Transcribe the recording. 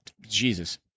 Jesus